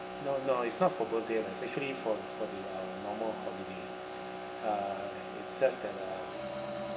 no no it's not for birthday lah it's actually for for the uh normal holiday uh it's just that uh